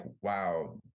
wow